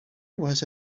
was